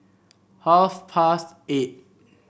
half past eight